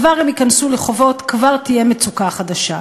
כבר הם ייכנסו לחובות, כבר תהיה מצוקה חדשה.